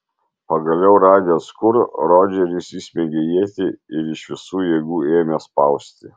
pagaliau radęs kur rodžeris įsmeigė ietį ir iš visų jėgų ėmė spausti